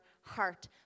heart